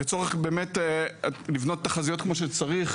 לצורך בניית תחזיות כמו שצריך,